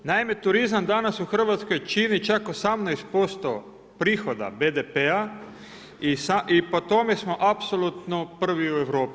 Naime, turizam danas u Hrvatskoj čini čak 18% prihoda BDP-a i po tome smo apsolutno prvi u Europi.